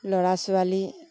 ল'ৰা ছোৱালী